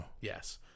Yes